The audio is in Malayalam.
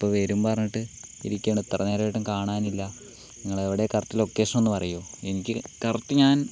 അപ്പോൾ നിങ്ങളിപ്പോൾ വരും പറഞ്ഞിട്ട് ഇരിക്കാണ് ഇത്ര നേരായിട്ടും കാണാനില്ല നിങ്ങളെവിടെയാ കറക്റ്റ് ലൊക്കേഷൻ ഒന്ന് പറയുമോ എനിക്ക് കറക്റ്റ് ഞാൻ